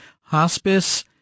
Hospice